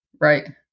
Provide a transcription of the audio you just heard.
right